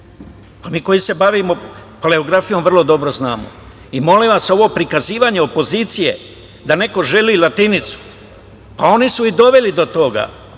Mi koji se bavimo paleografijom vrlo dobro znamo. Molim vas, ovo prikazivanje opozicije da neko želi latinicu, pa oni su i doveli do toga.